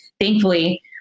thankfully